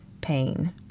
pain